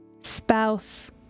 Spouse